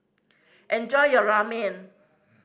enjoy your Ramen